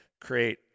create